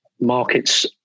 Markets